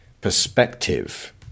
perspective